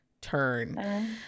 turn